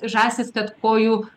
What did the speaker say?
žąsys kad kojų